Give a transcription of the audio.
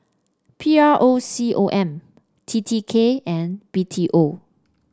P R O C O M T T K and B T O